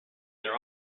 their